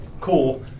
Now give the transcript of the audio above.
cool